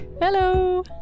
Hello